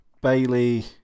Bailey